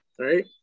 right